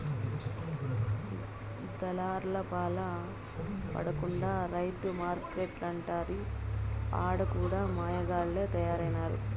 దళార్లపాల పడకుండా రైతు మార్కెట్లంటిరి ఆడ కూడా మాయగాల్లె తయారైనారు